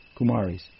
Kumaris